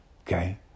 Okay